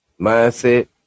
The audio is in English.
mindset